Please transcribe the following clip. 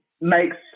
makes